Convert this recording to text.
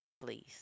please